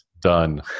done